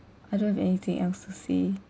I don't have anything else to say